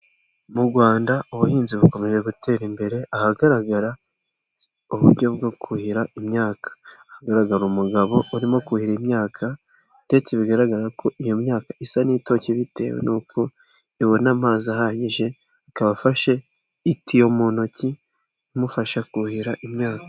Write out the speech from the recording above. Mu Rwanda ubuhinzi bukomeje gutera imbere, ahagaragara uburyo bwo kuhira imyaka. Hagaragara umugabo urimo kuhira imyaka ndetse bigaragara ko iyo myaka isa n'itoshye bitewe n'uko ibona amazi ahagije, akaba afashe itiyo mu ntoki, imufasha kuhira imyaka.